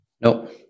Nope